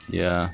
ya